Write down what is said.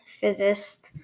Physicist